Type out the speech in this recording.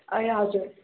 ए हजुर